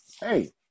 hey